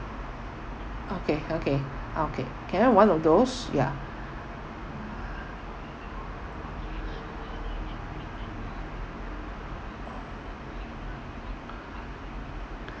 okay okay okay can I have one of those ya